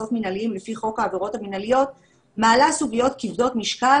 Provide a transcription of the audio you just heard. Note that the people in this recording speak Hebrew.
קנסות מנהליים לפי חוק העבירות המנהליות מעלה סוגיות כבדות משקל